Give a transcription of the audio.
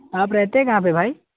آپ رہتے کہاں پہ بھائی